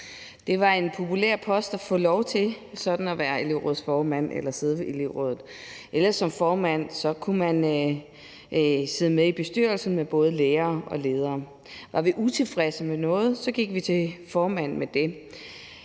Det var en populær post at få lov til at være elevrådsformand eller sidde i elevrådet. Som formand kunne man sidde med i bestyrelsen med både lærere og ledere. Var vi utilfredse med noget, gik vi til formanden med det